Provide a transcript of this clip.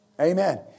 Amen